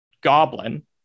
goblin